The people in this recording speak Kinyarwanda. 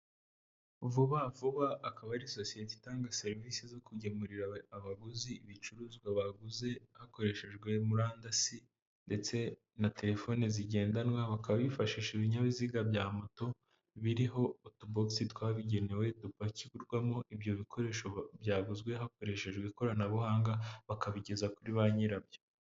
Vuba Vuba akaba ari sosiyete itanga serivisi zo kugemurira abaguzi ibicuruzwa baguze, hakoreshejwe murandasi ndetse na terefoni zigendanwa, bakaba bifashisha ibinyabiziga bya moto biriho utubogisi twabigenewe dupakirwamo ibyo bikoresho byaguzwe hakoreshejwe ikoranabuhanga, bakabigeza kuri ba nyirabyo.